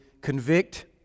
convict